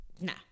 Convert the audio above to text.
No